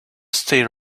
stay